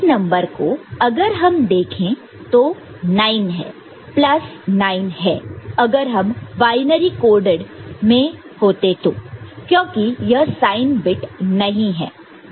इस नंबर को अगर हम देखें तो 9 है प्लस 9 है अगर हम बायनरी कोडेड में होते तो क्योंकि यह साइन बिट नहीं है